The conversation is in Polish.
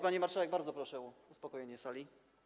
Pani marszałek, bardzo proszę o uspokojenie sali.